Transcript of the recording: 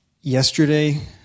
yesterday